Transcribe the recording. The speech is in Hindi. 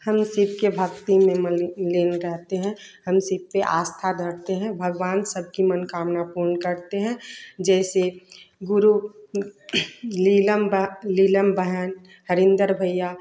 हम सीख की भक्ति में लीन रहते हैं हम सीख पर आस्था धरते हैं भगवान सबकी मनोकामना पूरी करते हैं जैसे गुरु लीलम बा लीलम बहन हरिंदर भईया